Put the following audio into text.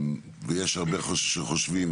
ויש הרבה שחושבים,